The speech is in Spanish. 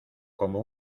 como